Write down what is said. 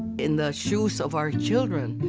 in the shoes of our children,